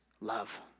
love